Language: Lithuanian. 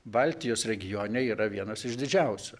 baltijos regione yra vienos iš didžiausių